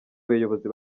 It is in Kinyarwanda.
bayobozi